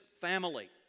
family